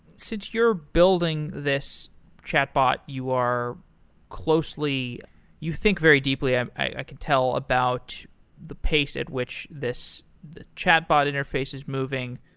since you're building this chatbot, you are closely you think very deeply, i can tell, about the pace at which this, the chatbot interface is moving.